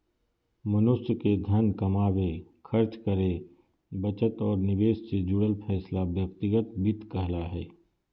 मनुष्य के धन कमावे, खर्च करे, बचत और निवेश से जुड़ल फैसला व्यक्तिगत वित्त कहला हय